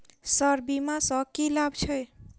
Sir बीमा सँ की लाभ छैय?